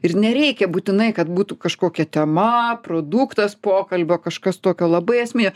ir nereikia būtinai kad būtų kažkokia tema produktas pokalbio kažkas tokio labai esmė